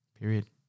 Period